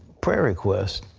prayer requests.